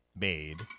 made